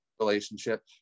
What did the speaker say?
Relationship